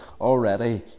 already